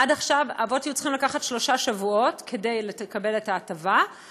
עד עכשיו האבות היו צריכים לקחת שלושה שבועות כדי לקבל את ההטבה,